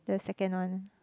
the second one